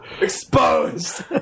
Exposed